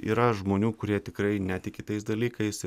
yra žmonių kurie tikrai netiki tais dalykais